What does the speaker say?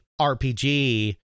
RPG